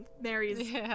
Mary's